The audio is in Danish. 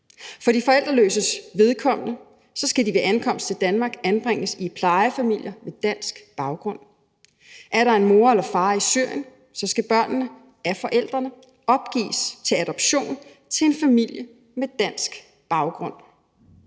For de forældreløses vedkommende skal de ved ankomst til Danmark anbringes i plejefamilier med dansk baggrund. Er der en mor eller far i Syrien, skal børnene af forældrene opgives til adoption hos en familie med dansk baggrund.